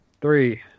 Three